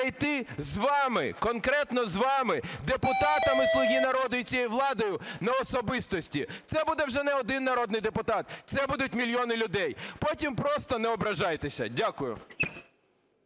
перейти з вами, конкретно з вами, депутатами "Слуга народу" і цією владою на особистості. Це буде вже не один народний депутат, це будуть мільйони людей. Потім просто не ображайтеся. Дякую.